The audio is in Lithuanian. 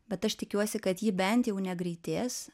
bet aš tikiuosi kad ji bent jau negreitės